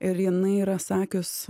ir jinai yra sakius